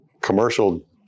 commercial